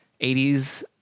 80s